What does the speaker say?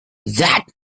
that